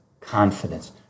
confidence